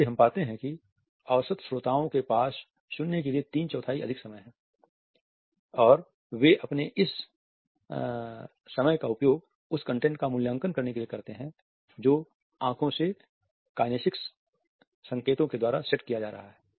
इसलिए हम पाते हैं कि औसत श्रोताओं के पास सुनने के लिए तीन चौथाई अधिक हैं समय है और वे अपने आप इसका उपयोग उस कंटेंट का मूल्यांकन करने के लिए करते हैं जो आंखों से काइनेसिक्स संकेतों के द्वारा सेट किया जा रहा है